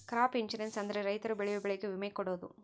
crop insurance ಅಂದ್ರೆ ರೈತರು ಬೆಳೆಯೋ ಬೆಳೆಗೆ ವಿಮೆ ಕೊಡೋದು